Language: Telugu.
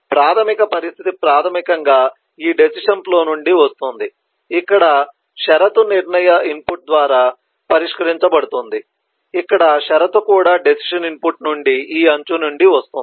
ప్రాథమిక పరిస్థితి ప్రాథమికంగా ఈ డెసిషన్ ఫ్లో నుండి వస్తుంది ఇక్కడ షరతు నిర్ణయ ఇన్పుట్ ద్వారా పరిష్కరించబడుతుంది ఇక్కడ షరతు కూడా డెసిషన్ ఇన్పుట్ నుండి ఈ అంచు నుండి వస్తుంది